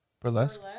Burlesque